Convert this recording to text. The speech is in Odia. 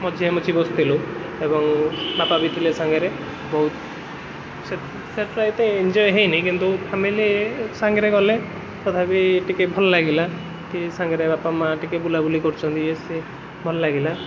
ମଝିଆମଝି ବସିଥିଲୁ ଏବଂ ବାପା ବି ଥିଲେ ସାଙ୍ଗରେ ବୋଉ ସେ ସେଇଟା ଏତେ ଏନ୍ଜୟ ହେଇନି କିନ୍ତୁ ଫ୍ୟାମିଲ ସାଙ୍ଗରେ ଗଲେ ତଥାପି ଟିକିଏ ଭଲ ଲାଗିଲା କି ସାଙ୍ଗରେ ବାପାମାଆ ଟିକିଏ ବୁଲାବୁଲି କରୁନ୍ତି ଇଏ ସିଏ ଭଲ ଲାଗିଲା